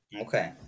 Okay